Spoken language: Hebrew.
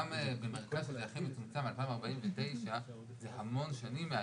גם במרכז שזה 2049 זה המון שנים מהיום.